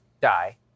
die